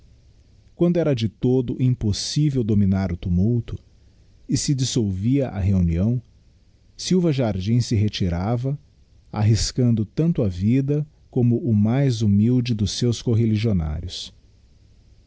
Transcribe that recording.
quando era de todo imppssivel dominar o tumulto e se dissolvia a reunião silva jardim se retirava arriscando tanto a vida como o mais humilde dos seus correligionários